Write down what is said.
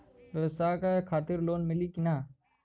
ब्यवसाय खातिर लोन मिली कि ना?